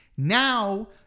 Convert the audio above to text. now